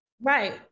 Right